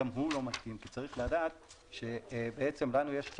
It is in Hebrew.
גם הוא לא מתאים כי צריך לדעת שלנו יש את